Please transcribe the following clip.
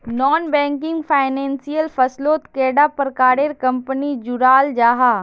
Non banking financial फसलोत कैडा प्रकारेर कंपनी जुराल जाहा?